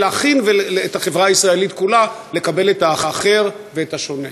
להכין את החברה הישראלית כולה לקבל את האחר ואת השונה.